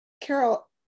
carol